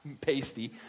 pasty